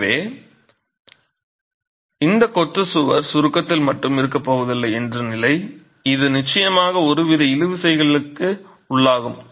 எனவே இந்த கொத்து சுவர் சுருக்கத்தில் மட்டும் இருக்கப் போவதில்லை என்ற நிலை இது நிச்சயமாக ஒருவித இழு விசைக்கு உள்ளாகும்